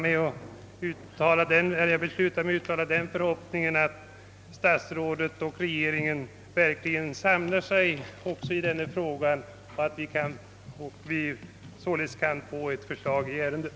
Jag vill avslutningsvis uttala den förhoppningen att statsrådet och regeringen i övrigt verkligen samlar sig i denna fråga, så att vi kan få ett förslag i ärendet.